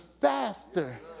faster